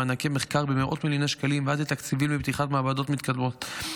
ממענקי מחקר במאות מיליוני שקלים ועד לתקציבים לפתיחת מעבדות מתקדמות.